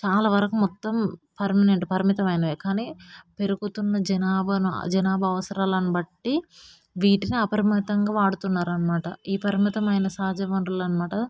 చాలా వరకు మొత్తం పర్మనెంట్ పరిమితమైనవే కానీ పెరుగుతున్న జనాభాను జనాభా అవసరాలను బట్టి వీటిని అపరిమితంగా వాడుతున్నారు అన్నమాట ఈ పరిమితమైన సహజ వనరులు అన్నమాట